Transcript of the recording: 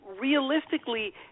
realistically